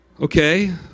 Okay